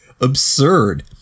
absurd